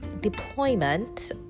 deployment